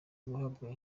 guhabwa